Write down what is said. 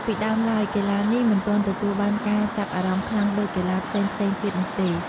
ពីដើមឡើយ កីឡានេះមិនទាន់ទទួលបានការចាប់អារម្មណ៍ខ្លាំងដូចកីឡាផ្សេងៗទៀតនោះទេ។